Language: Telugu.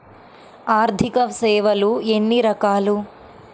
ఆర్థిక సేవలు ఎన్ని రకాలు?